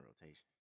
rotation